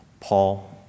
Paul